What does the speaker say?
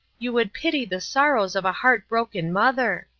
you would pity the sorrows of a heartbroken mother.